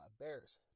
Bears